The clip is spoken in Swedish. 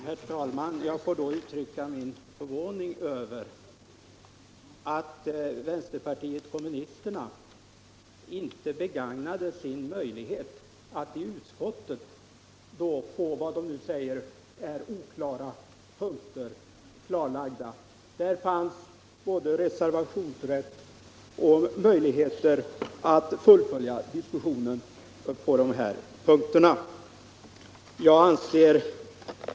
Herr talman! Jag får då uttrycka min förvåning över att vänsterpartiet kommunisterna inte begagnade sina möjligheter att i utskottet få vad man nu kallar oklara punkter klarlagda. Där fanns både reservationsrätt och möjligheter att fullfölja diskussionen på de punkterna.